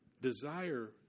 desire